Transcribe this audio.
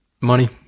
Money